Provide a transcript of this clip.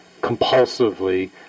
compulsively